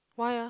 why ah